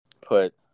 put